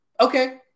Okay